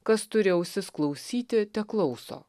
kas turi ausis klausyti teklauso